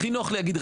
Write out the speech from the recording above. הכי נוח להגיד,